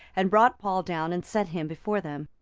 and brought paul down, and set him before them.